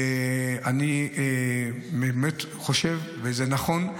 אני באמת חושב שזה נכון,